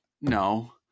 no